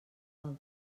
del